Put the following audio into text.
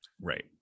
Right